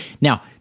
Now